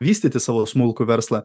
vystyti savo smulkų verslą